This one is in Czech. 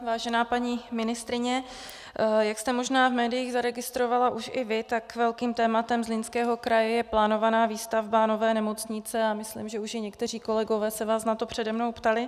Vážená paní ministryně, jak jste možná v médiích zaregistrovala už i vy, tak velkým tématem Zlínského kraje je plánovaná výstavba nové nemocnice, a myslím, že už i někteří kolegové se vás na to přede mnou ptali.